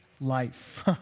life